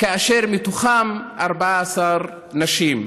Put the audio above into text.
ומתוכם 14 נשים,